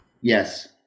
Yes